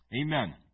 Amen